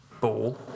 ball